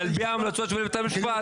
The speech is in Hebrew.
על פי ההמלצות של בית המשפט.